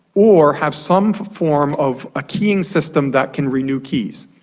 or have some form of a keying system that can renew keys.